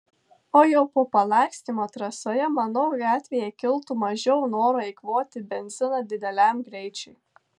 o jau po palakstymo trasoje manau gatvėje kiltų mažiau noro eikvoti benziną dideliam greičiui